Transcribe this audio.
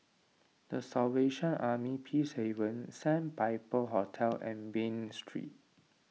the Salvation Army Peacehaven Sandpiper Hotel and Bain Street